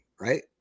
right